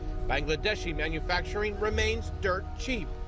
bangladeshi manufacturing remains dirt cheap,